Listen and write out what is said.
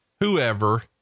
whoever